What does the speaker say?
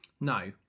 no